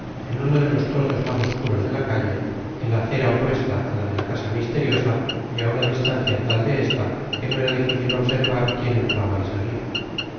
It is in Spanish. en uno de los trozos más obscuros de la calle en la acera opuesta a la de la casa misteriosa y a una distancia tal de esta que no era difícil observar quién entraba y salía